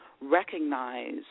recognize